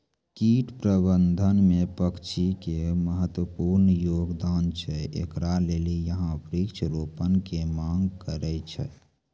कीट प्रबंधन मे पक्षी के महत्वपूर्ण योगदान छैय, इकरे लेली यहाँ वृक्ष रोपण के मांग करेय छैय?